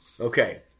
Okay